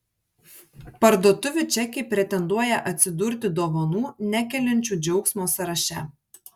parduotuvių čekiai pretenduoja atsidurti dovanų nekeliančių džiaugsmo sąraše